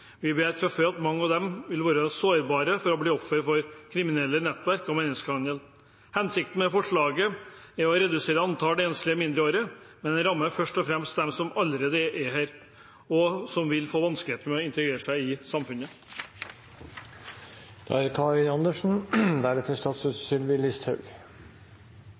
Vi vet fra før at mange av dem vil være sårbare for å bli offer for kriminelle nettverk og menneskehandel. Hensikten med forslaget er å redusere antall enslige mindreårige, men det rammer først og fremst dem som allerede er her, og som vil få vanskeligheter med å integrere seg i samfunnet.